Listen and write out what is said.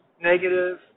negative